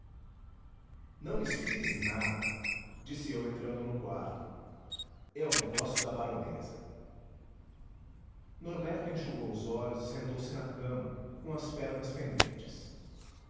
nada disse eu entrando no quarto é o negócio da baronesa norberto enxugou os olhos e sentou-se na cama com as pernas pendentes